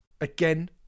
again